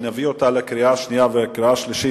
כשנביא אותה לקריאה שנייה ולקריאה שלישית,